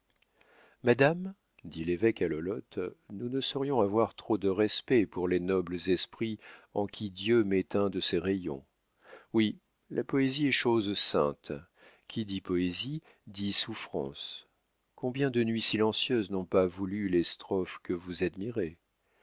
madame dit l'évêque à lolotte nous ne saurions avoir trop de respect pour les nobles esprits en qui dieu met un de ses rayons oui la poésie est chose sainte qui dit poésie dit souffrance combien de nuits silencieuses n'ont pas values les strophes que vous admirez